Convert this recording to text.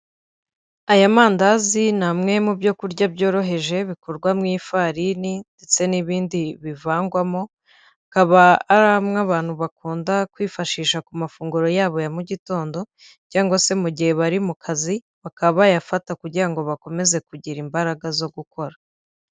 Aya mandazi ni amwe mu byo kurya byoroheje bikorwa mu ifarini ndetse n'ibindi bivangwamo, akaba ari amwe abantu bakunda kwifashisha ku mafunguro yabo ya mu gitondo cyangwa se mu gihe bari mu kazi, bakaba bayafata kugira ngo bakomeze kugira imbaraga zo gukora.